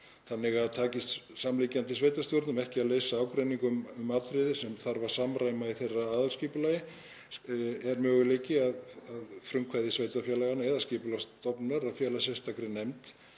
þannig að takist samliggjandi sveitarstjórnum ekki að leysa ágreining um atriði sem þarf að samræma í þeirra aðalskipulagi er möguleiki, að frumkvæði sveitarfélaganna eða Skipulagsstofnunar, að fela sérstakri nefnd